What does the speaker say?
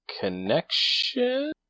connection